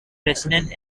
president